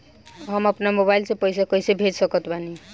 हम अपना मोबाइल से पैसा कैसे भेज सकत बानी?